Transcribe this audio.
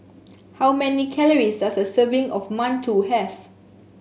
how many calories does a serving of Mantou have